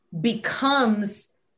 becomes